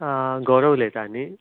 आं गौरव उलयता न्ही